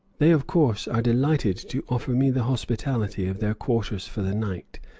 they, of course, are delighted to offer me the hospitality of their quarters for the night,